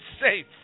safe